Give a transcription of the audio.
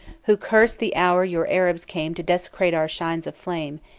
who curse the hour your arabs came to desecrate our shrines of flame,